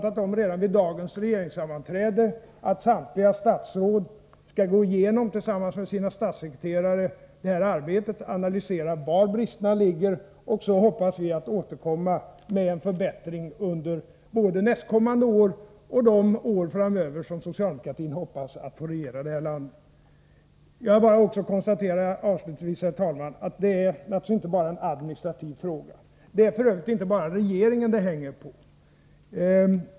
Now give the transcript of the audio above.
Jag har redan vid dagens regeringssammanträde föranstaltat om att samtliga statsråd tillsammans med sina statssekreterare skall gå igenom arbetet och analysera var bristerna ligger. Sedan hoppas vi återkomma med en förbättring under både nästkommande år och de år framöver som socialdemokratin hoppas att få regera det här landet. Jag vill också bara avslutningsvis konstatera, herr talman, att detta naturligtvis inte bara är en administrativ fråga. Propositionsavlämnandet hänger f. ö. inte bara på regeringen.